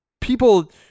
people